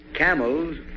Camels